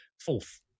Fourth